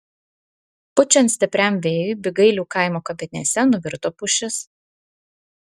pučiant stipriam vėjui bygailių kaimo kapinėse nuvirto pušis